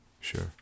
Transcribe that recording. Sure